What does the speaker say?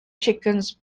chickens